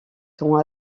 sont